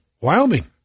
Wyoming